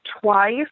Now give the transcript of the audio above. twice